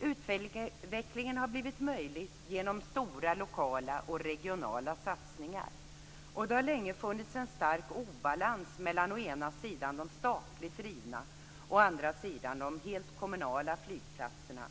Utvecklingen har blivit möjlig genom stora lokala och regionala satsningar. Det har länge funnits en stark obalans mellan å ena sidan de statligt drivna och å andra sidan de helt kommunala flygplatserna.